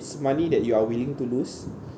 is money that you are willing to lose